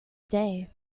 day